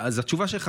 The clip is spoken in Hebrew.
אז התשובה לך,